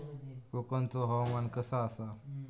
कोकनचो हवामान कसा आसा?